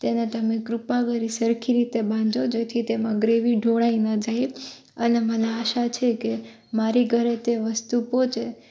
તેને તમે કૃપા કરી સરખી રીતે બાંધજો જેથી તેમાં ગ્રેવી ઢોળાઈ ન જાય અને મને આશા છે કે મારી ઘરે તે વસ્તુ પહોંચે